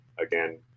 Again